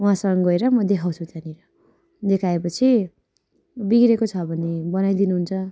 उहाँसँग गएर म देखाउँछु त्यहाँनिर देखाए पछि बिग्रिएको छ भने बनाइ दिनुहुन्छ